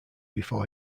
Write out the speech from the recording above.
before